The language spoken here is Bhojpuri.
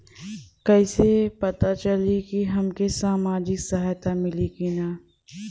कइसे से पता चली की हमके सामाजिक सहायता मिली की ना?